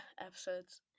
episodes